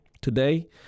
today